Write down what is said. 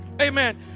Amen